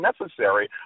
necessary